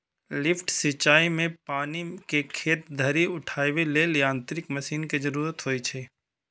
lift सिंचाइ मे पानि कें खेत धरि उठाबै लेल यांत्रिक मशीन के जरूरत होइ छै